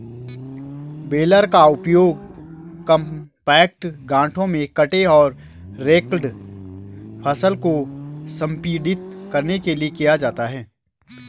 baler का उपयोग compact गांठों में कटे और रेक्ड फसल को संपीड़ित करने के लिए किया जाता है